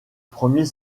premier